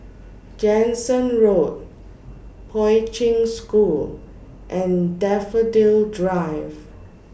Jansen Road Poi Ching School and Daffodil Drive